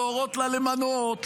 להורות לה למנות,